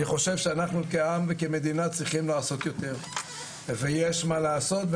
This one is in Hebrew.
אני חושב שאנחנו כעם וכמדינה צריכים לעשות יותר ויש מה לעשות,